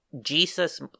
Jesus